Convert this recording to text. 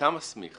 כשאתה מסמיך